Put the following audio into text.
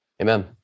Amen